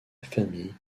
famille